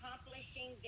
accomplishing